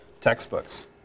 textbooks